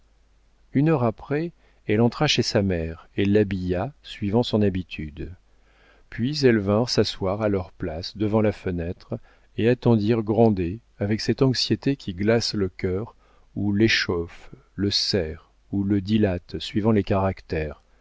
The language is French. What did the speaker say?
une heure après elle entra chez sa mère et l'habilla suivant son habitude puis elles vinrent s'asseoir à leurs places devant la fenêtre et attendirent grandet avec cette anxiété qui glace le cœur ou l'échauffe le serre ou le dilate suivant les caractères